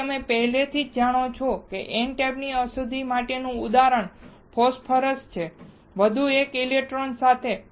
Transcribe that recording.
તેથીતમે પહેલેથી જ જાણો n ટાઈપ ની અશુદ્ધિઓ માટેનું ઉદાહરણ ફોસ્ફોર છે વધુ એક ઇલેક્ટ્રોન સાથે